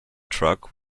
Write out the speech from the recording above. truck